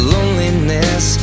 Loneliness